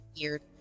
weird